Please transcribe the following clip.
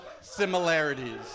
similarities